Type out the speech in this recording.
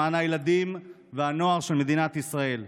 למען הילדים והנוער של מדינת ישראל.